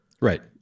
Right